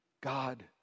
God